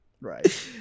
Right